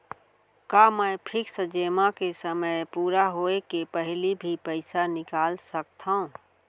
का मैं फिक्स जेमा के समय पूरा होय के पहिली भी पइसा निकाल सकथव?